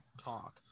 talk